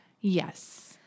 Yes